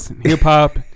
hip-hop